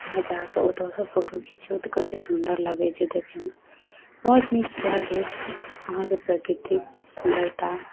वहाँ जाकऽ ओतऽसँ फोटो खिचबै तऽ कतेक सुन्दर लगैत छै देखैमे सब नीक इएह भेल अहाँके प्रकृतिक सुन्दरता